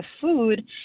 food